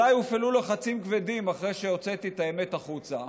עליי הופעלו לחצים כבדים אחרי שהוצאתי את האמת החוצה,